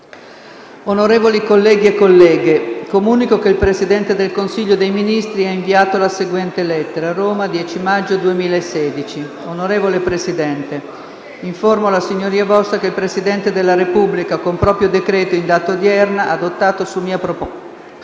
Onorevoli colleghi e colleghe, comunico che il Presidente del Consiglio dei ministri ha inviato la seguente lettera: «Roma, 10 maggio 2016 Onorevole Presidente, informo la S. V. che il Presidente della Repubblica, con proprio decreto in data odierna, adottato su mia proposta,